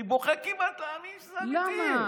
אני בוכה כמעט להאמין שזה אמיתי.